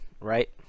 right